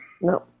No